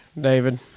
David